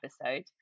episode